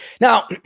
Now